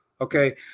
Okay